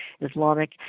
Islamic